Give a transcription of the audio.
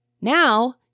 Now